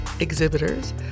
exhibitors